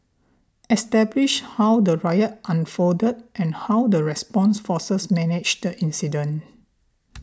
establish how the riot unfolded and how the response forces managed the incident